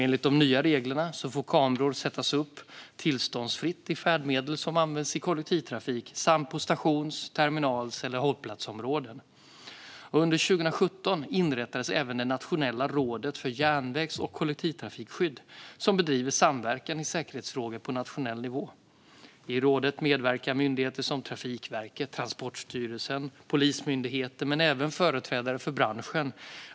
Enligt de nya reglerna får kameror sättas upp tillståndsfritt i färdmedel som används i kollektivtrafik samt på stations, terminal och hållplatsområden. Under 2017 inrättades även Nationella rådet för järnvägs och kollektivtrafikskydd, som bedriver samverkan i säkerhetsfrågor på nationell nivå. I rådet medverkar myndigheter som Trafikverket, Transportstyrelsen och Polismyndigheten, men även företrädare för branschen.